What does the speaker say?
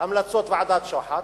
המלצות ועדת-שוחט,